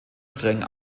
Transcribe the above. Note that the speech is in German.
streng